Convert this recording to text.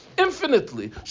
Infinitely